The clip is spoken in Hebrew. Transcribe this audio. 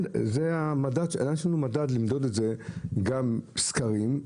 יש לנו מדד למדוד את זה גם בסקרים,